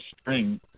string